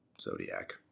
Zodiac